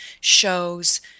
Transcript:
shows